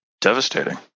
Devastating